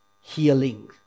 healing